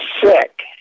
sick